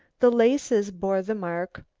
the laces bore the mark,